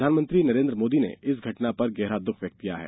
प्रधानमंत्री नरेन्द्र मोदी ने इस घटना पर गहरा दुख व्यक्त किया है